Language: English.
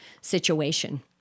situation